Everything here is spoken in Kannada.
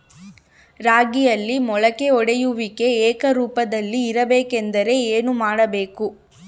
ರಾಗಿಯಲ್ಲಿ ಮೊಳಕೆ ಒಡೆಯುವಿಕೆ ಏಕರೂಪದಲ್ಲಿ ಇರಬೇಕೆಂದರೆ ಏನು ಮಾಡಬೇಕು?